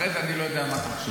אחרי זה אני לא יודע מה תחשוב.